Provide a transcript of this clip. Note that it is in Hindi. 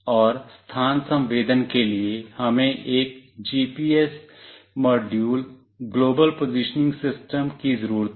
और स्थान संवेदन के लिए हमें एक GPS module global positioning system की ज़रूरत है